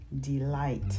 delight